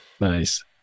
Nice